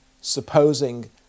supposing